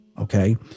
okay